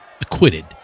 acquitted